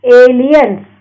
aliens